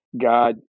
God